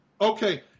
Okay